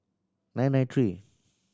nine nine three